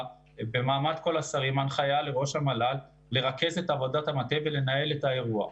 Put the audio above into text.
במעמד כל השרים הנחיה לראש המל"ל לרכז את עבודת המטה ולנהל את האירוע.